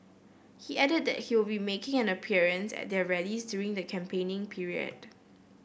he added that he will be making an appearance at their rallies during the campaigning period